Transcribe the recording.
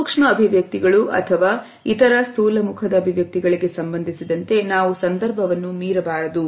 ಆದ್ದರಿಂದ ಸೂಕ್ಷ್ಮ ಅಭಿವ್ಯಕ್ತಿಗಳು ಅಥವಾ ಇತರ ಸ್ಥೂಲ ಮುಖದ ಅಭಿವ್ಯಕ್ತಿಗಳಿಗೆ ಸಂಬಂಧಿಸಿದಂತೆ ನಾವು ಸಂದರ್ಭವನ್ನು ಮೀರಬಾರದು